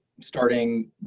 starting